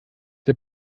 der